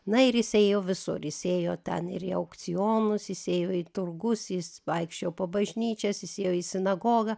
na ir jis ėjo visur jis ėjo ten ir į aukcionus jis ėjo į turgus jis vaikščiojo po bažnyčias jis ėjo į sinagogą